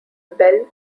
bell